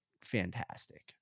fantastic